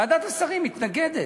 וועדת השרים מתנגדת.